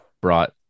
brought